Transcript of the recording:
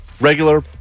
Regular